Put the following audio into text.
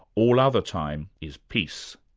all other time is peace.